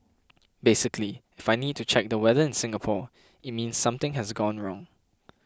basically if I need to check the weather in Singapore it means something has gone wrong